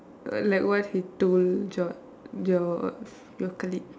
like what he told your your your colleague